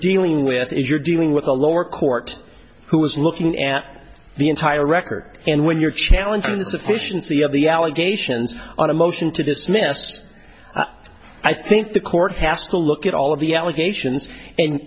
dealing with is you're dealing with a lower court who is looking at the entire record and when you're challenging the sufficiency of the allegations on a motion to dismiss i think the court has to look at all of the allegations and